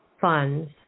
funds